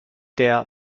der